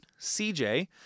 CJ